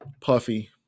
Puffy